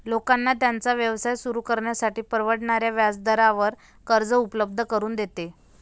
लोकांना त्यांचा व्यवसाय सुरू करण्यासाठी परवडणाऱ्या व्याजदरावर कर्ज उपलब्ध करून देते